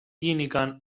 γίνηκαν